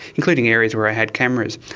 including areas where i had cameras.